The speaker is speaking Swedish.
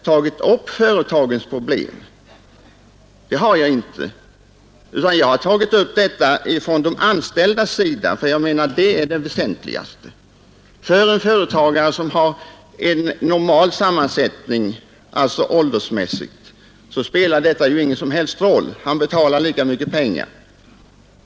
Jag har sett denna fråga från de anställdas synpunkt, ty det är den aspekten som jag ansett vara den viktigaste. För en företagare med normal ålderssammansättning på sin arbetarkår spelar det ju ingen som helst roll kostnadsmässigt. Han betalar lika mycket i avgifter.